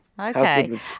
Okay